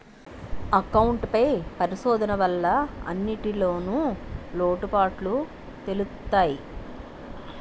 account పై పరిశోధన వల్ల అన్నింటిన్లో లోటుపాటులు తెలుత్తయి